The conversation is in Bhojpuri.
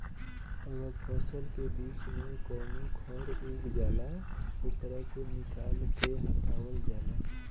अगर फसल के बीच में कवनो खर उग जाला ओकरा के निकाल के हटावल जाला